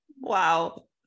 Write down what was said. Wow